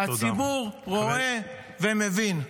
הציבור רואה ומבין.